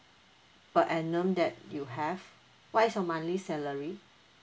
per annum that you have what is your monthly salary